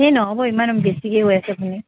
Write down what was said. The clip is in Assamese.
সেই নহ'ব ইমান বেছিকৈ কৈ আছে আপুনি